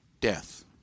death